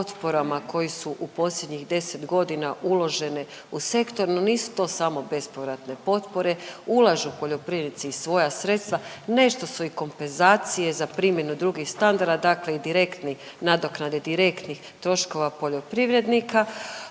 koji su u posljednjih 10.g. uložene u sektor, no nisu to samo bespovratne potpore, ulažu poljoprivrednici i svoja sredstva, nešto su i kompenzacije za primjenu drugih standarda, dakle i direktni, nadoknade direktnih troškova poljoprivrednika.